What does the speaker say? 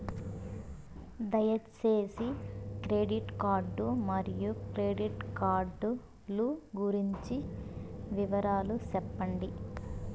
దయసేసి credit card మరియు credit card లు గురించి వివరాలు సెప్పండి?